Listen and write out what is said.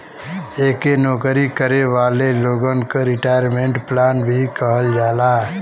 एके नौकरी करे वाले लोगन क रिटायरमेंट प्लान भी कहल जाला